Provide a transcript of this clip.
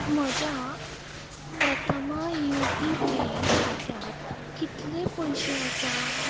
म्हज्या प्रथम U P bank खात्यांत कितले पयशे आसा